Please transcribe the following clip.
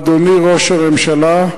אדוני ראש הממשלה,